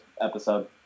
episode